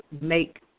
make